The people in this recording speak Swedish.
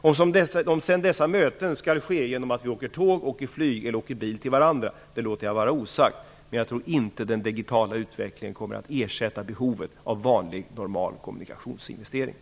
Om dessa möten sedan skall åstadkommas genom att vi åker tåg, flyg eller bil till varandra låter jag vara osagt, men jag tror inte att den digitala utvecklingen kommer att ersätta behoven av sedvanliga kommunikationsinvesteringar.